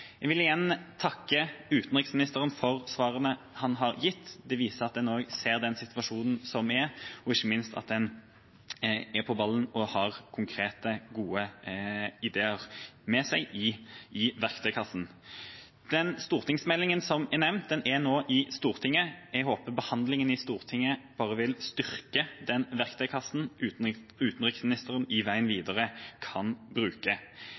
Jeg vil igjen takke utenriksministeren for svarene han har gitt. De viser at en også ser den situasjonen som er, og ikke minst at en er på ballen og har konkrete, gode ideer med seg i verktøykassen. Stortingsmeldinga som er nevnt, er nå i Stortinget. Jeg håper behandlinga i Stortinget vil styrke den verktøykassen som utenriksministeren kan bruke på veien videre.